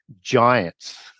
giants